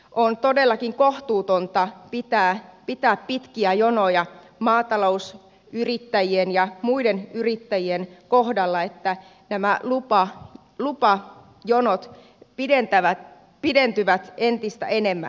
on todellakin kohtuutonta pitää pitkiä jonoja maatalousyrittäjien ja muiden yrittäjien kohdalla että nämä lupajonot pidentyvät entistä enemmän